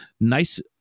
nice